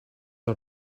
are